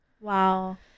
Wow